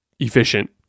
efficient